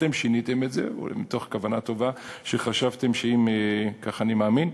אתם שיניתם את זה מתוך כוונה טובה, כך אני מאמין,